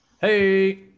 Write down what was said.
Hey